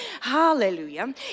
hallelujah